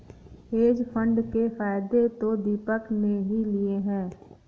hedge fund के फायदे तो दीपक ने ही लिए है